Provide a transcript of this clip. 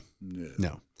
No